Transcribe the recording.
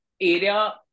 area